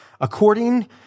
According